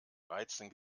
reizen